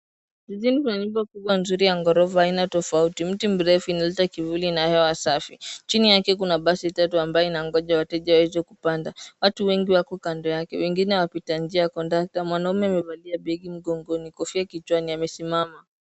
Jijini kuna nyumba kubwa nzuri ya ghorofa aina tofauti, mti mrefu inaleta kivuli na hewa safi. Chini yake kuna basi tatu ambayo inaongoja wateja waje kupanda. Watu wengi wako kando yake, wengine wapita njia kando. Mwanaume amevalia begi mgongoni, kofia kichwani amesimama.